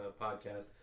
podcast